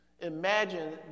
Imagine